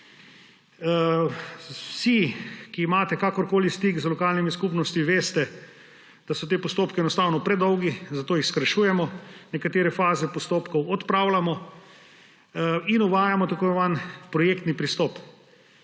Vsi, ki imate kakorkoli stik z lokalnimi skupnostmi, veste, da so ti postopki enostavno predolgi. Zato jih skrajšujemo, nekatere faze postopkov odpravljamo in uvajamo tako imenovani projektni pristop.